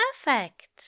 perfect